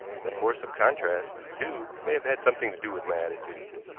the force of contrast, too, may have had something to do with my attitude.